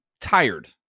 tired